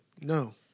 No